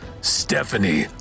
Stephanie